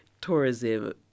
tourism